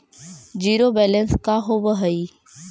Zero balance का होव हइ?